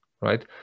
Right